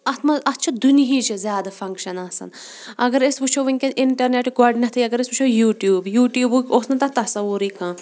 اَتھ اَتھ منٛز اَتھ چھُ دُنہِچ چھِ زیادٕ فَنگشَن آسَان اگر أسۍ وٕچھو ونکٮ۪س اِنٹَرنیٹ گۄڈٕننٮ۪تھٕے اگر أسۍ وٕچھو یوٗٹوٗب یوٗٹیوٗبُک اوس نہٕ تَتھ تصوُرے کانہہ